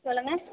சொல்லுங்கள்